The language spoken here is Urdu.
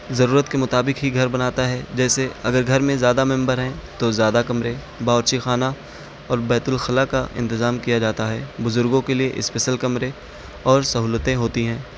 ضرورت کے مطابق ہی گھر بناتا ہے جیسے اگر گھر میں زیادہ ممبر ہیں تو زیادہ کمرے باورچی خانہ اور بیت الخلاء کا انتظام کیا جاتا ہے بزرگوں کے اسپیسل کمرے اور سہولتیں ہوتی ہیں